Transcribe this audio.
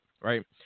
right